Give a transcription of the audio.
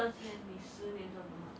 the like when you pull the money back